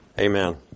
Amen